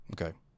Okay